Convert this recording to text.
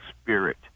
spirit